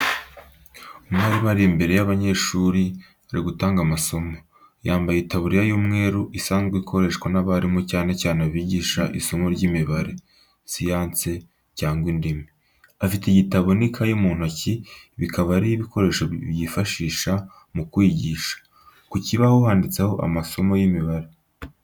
Umwarimu ari imbere y'abanyeshuri, ari gutanga amasomo. Yambaye itaburiya y'umweru isanzwe ikoreshwa n’abarimu cyane cyane bigisha isomo ry'imibare, siyansi cyangwa indimi. Afite ibitabo n'ikayi mu ntoki, bikaba ari ibikoresho bifasha mu kwigisha. Ku kibaho handitseho amasomo y'imibare.